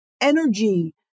energy